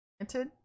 granted